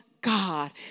God